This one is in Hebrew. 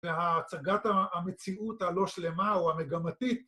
וההצגת המציאות הלא שלמה או המגמתית